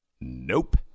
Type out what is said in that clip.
Nope